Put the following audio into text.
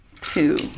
Two